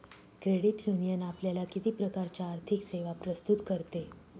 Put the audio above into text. Credit union आपल्याला किती प्रकारच्या आर्थिक सेवा प्रस्तुत करते?